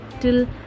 till